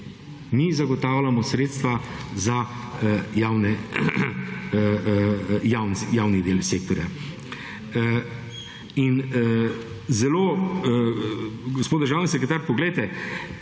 Mi zagotavljamo sredstva za javni del sektorja. In zelo gospod državni sekretar poglejte,